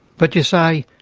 but, you say,